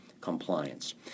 compliance